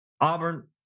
Auburn